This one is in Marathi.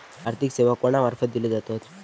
आर्थिक सेवा कोणा मार्फत दिले जातत?